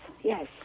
yes